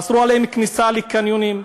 אסרו עליהם כניסה לקניונים,